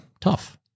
tough